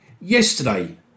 yesterday